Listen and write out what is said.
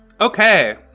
okay